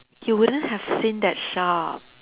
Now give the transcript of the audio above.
you wouldn't have seen that shop